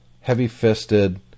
heavy-fisted